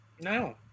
No